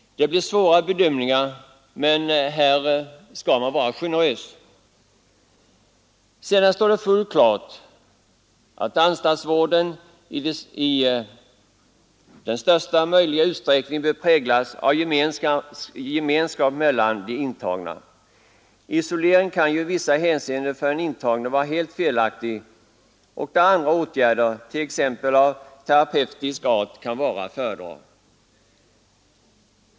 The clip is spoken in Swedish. Det blir svåra bedömningar, men här skall man vara generös. Sedan står det fullt klart att anstaltsvården i största möjliga utsträckning bör präglas av gemenskap mellan de intagna. Isolering kan ju i vissa hänseenden för den intagne vara helt felaktig och andra åtgärder, t.ex. av terapeutisk art, att föredra.